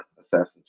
Assassin's